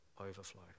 overflow